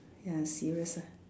ya serious ah